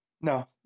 No